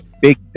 big